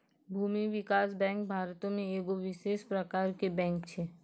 भूमि विकास बैंक भारतो मे एगो विशेष प्रकारो के बैंक छै